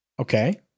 Okay